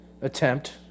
attempt